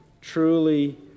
truly